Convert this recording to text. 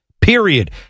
Period